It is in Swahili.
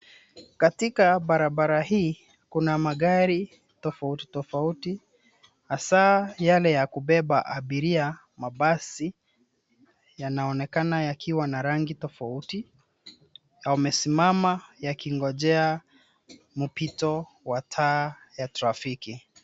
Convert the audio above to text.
Katika barabara hii kuna magari tofauti tofauti hasa yale ya kubeba abiria, mabasi yanaonekana yakiwa na rangi tofauti. Yamesimama yakingojea mpito wa taa ya trafiki.